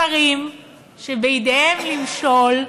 שרים שבידיהם למשול,